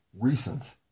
recent